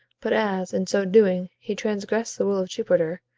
but as, in so doing, he transgressed the will of jupiter,